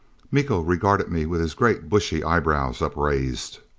miko regarded me with his great bushy eyebrows upraised.